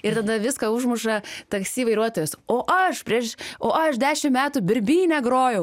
ir tada viską užmuša taksi vairuotojas o aš prieš o aš dešim metų birbyne grojau